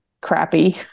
crappy